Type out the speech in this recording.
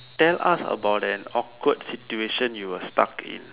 tell us about an awkward situation you were stuck in